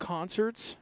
Concerts